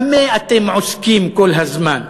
במה אתם עוסקים כל הזמן?